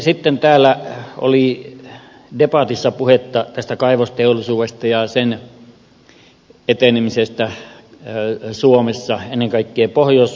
sitten täällä oli debatissa puhetta kaivosteollisuudesta ja sen etenemisestä suomessa ennen kaikkea pohjois suomessa